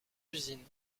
usines